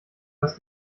was